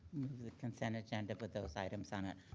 the consent agenda with those items on it.